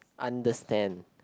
understand